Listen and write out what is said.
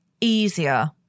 easier